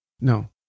No